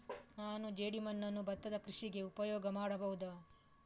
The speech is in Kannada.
ನಾನು ಜೇಡಿಮಣ್ಣನ್ನು ಭತ್ತದ ಕೃಷಿಗೆ ಉಪಯೋಗ ಮಾಡಬಹುದಾ?